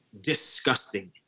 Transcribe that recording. disgusting